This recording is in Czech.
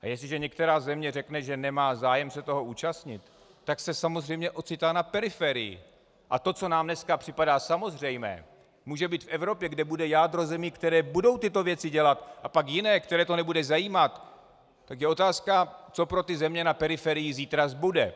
A jestliže některá země řekne, že nemá zájem se toho účastnit, tak se samozřejmě ocitá na periferii, a to, co nám dneska připadá samozřejmé, může být v Evropě, kde bude jádro zemí, které budou tyto věci dělat, a pak jiné, které to nebude zajímat, tak je otázka, co pro ty země na periferiích zítra zbude.